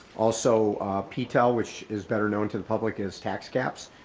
also p tail, which is better known to the public is tax caps,